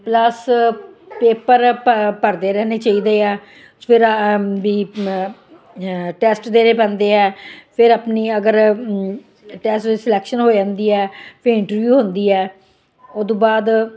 plus paper ਭਰਦੇ ਰਹਿਣੇ ਚਾਹੀਦੇ ਆ ਫਿਰ ਵੀ ਟੈਸਟ ਦੇਣੇ ਪੈਂਦੇ ਆ ਫਿਰ ਆਪਣੀ ਅਗਰ ਟੈਸਟ ਵਿੱਚ ਸਲੈਕਸ਼ਨ ਹੋ ਜਾਂਦੀ ਹ ਫਿਰ ਇੰਟਰਵਿਊ ਹੁੰਦੀ ਹੈ ਉਤੋਂ ਬਾਅਦ